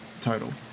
total